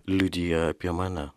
liudija apie mane